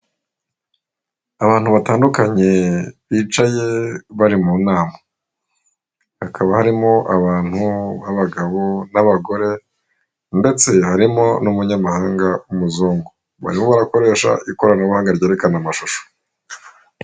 Abantu batandukanye bicaye bari mu nama hakaba harimo abantu b'abagabo n'abagore ndetse harimo n'umunyamahanga w'umuzungu barimo barakoresha ikoranabuhanga ryerekana amashusho.